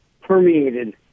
permeated